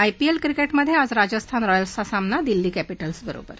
IPL क्रिकेटमधे आज राजस्थान रॉयल्सचा सामना दिल्ली कॅपिटल्सबरोबर